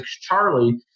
Charlie